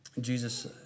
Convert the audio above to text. Jesus